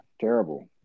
terrible